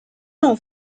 non